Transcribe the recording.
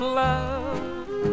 love